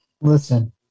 Listen